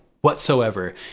whatsoever